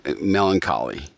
melancholy